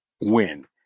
win